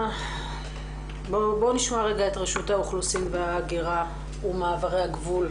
בוא נשמע את רשות האוכלוסין וההגירה ומעברי הגבול,